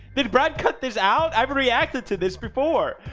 did brad cut this out? i've reacted to this before!